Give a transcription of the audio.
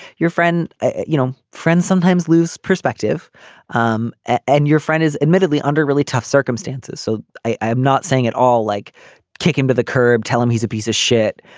your friend you know friends sometimes lose perspective um ah and your friend is admittedly under really tough circumstances. so i i'm not saying it all like kick him to the curb tell him he's a piece of shit.